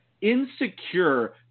insecure